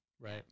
Right